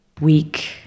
week